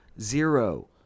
zero